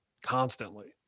Constantly